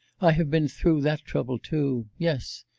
i have been through that trouble too. yes.